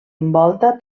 envolta